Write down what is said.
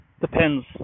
Depends